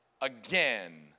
again